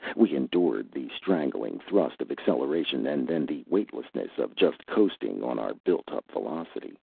we endured the strangling thrust of acceleration, and then the weightlessness of just coasting on our built-up velocity.